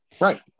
Right